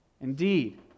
Indeed